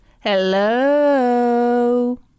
hello